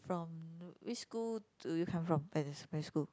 from which school do you come from primary primary school